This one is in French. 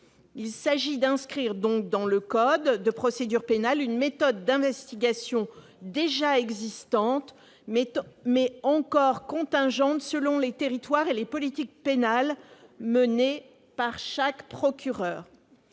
Il s'agit donc d'inscrire dans le code de procédure pénale une méthode d'investigation déjà existante, mais encore contingente selon les territoires et les politiques pénales menées par chaque procureur.